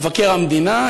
מבקר המדינה,